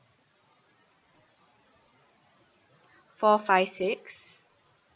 four five six